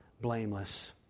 blameless